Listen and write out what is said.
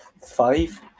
five